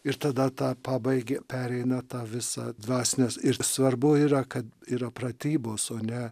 ir tada tą pabaigė pereina tą visą dvasinės ir svarbu yra kad yra pratybos o ne